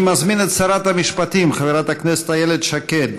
אני מזמין את שרת המשפטים חברת הכנסת איילת שקד